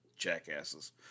Jackasses